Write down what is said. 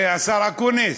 השר אקוניס,